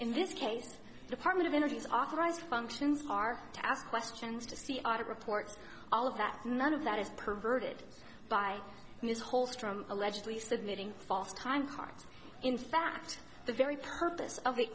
in this case department of energy's authorized functions are to ask questions to see are to report all of that none of that is perverted by this whole strum allegedly submitting false time cards in fact the very purpose of the